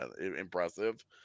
impressive